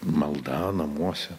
malda namuose